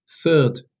Third